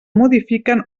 modifiquen